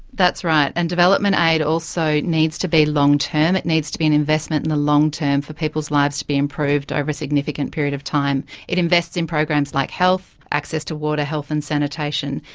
that's right, and development aid also needs to be long term, it needs to be an investment in the long term for people's lives to be improved over a significant period of time. it invests in programs like health, access to water, health and sanitation.